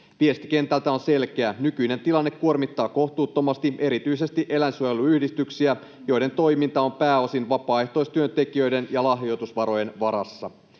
Viesti kentältä on selkeä: nykyinen tilanne kuormittaa kohtuuttomasti erityisesti eläinsuojeluyhdistyksiä, joiden toiminta on pääosin vapaaehtoistyöntekijöiden ja lahjoitusvarojen varassa.